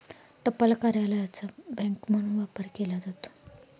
टपाल कार्यालयाचा बँक म्हणून वापर केला जातो